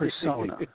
persona